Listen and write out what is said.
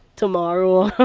tomorrow